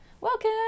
Welcome